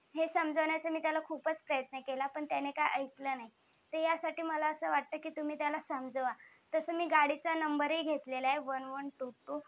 हे समजवण्याचा मी त्याला खूपच प्रयत्न केला पण त्याने काही ऐकलं नाही तर यासाठी मला असे वाटते की तुम्ही त्याला समजवा तसं मी गाडीचा नंबरही घेतलेला आहे वन वन टू टू